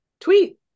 tweet